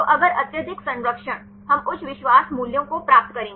तो अगर अत्यधिक संरक्षण हम उच्च विश्वास मूल्यों को प्राप्त करेंगे